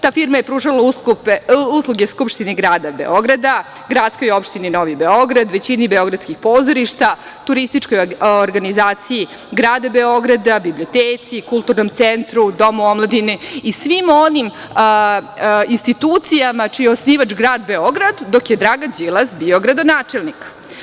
Ta firma je pružala usluge Skupštini grada Beograda, gradskoj opštini Novi Beograd, većini beogradskih pozorišta, Turističkoj organizaciji grada Beograda, Biblioteci, Kulturnom centru, Domu omladine i svim onim institucijama čiji je osnivač grad Beograd, dok je Dragan Đilas bio gradonačelnik.